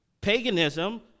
paganism